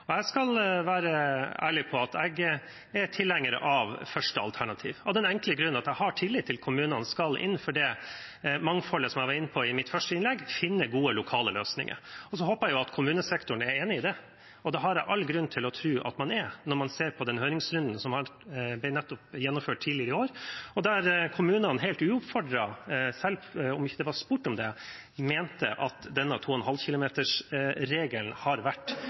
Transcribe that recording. av den enkle grunn at jeg har tillit til at kommunene innenfor det mangfoldet, som jeg var inne på i mitt første innlegg, skal finne gode lokale løsninger. Jeg håper at kommunesektoren er enig i det. Det har jeg all grunn til å tro at den er når man ser på den høringsrunden som ble gjennomført tidligere i år, der kommunene helt uoppfordret – selv om det ikke var spurt om det – mente at denne 2,5 km-regelen har vært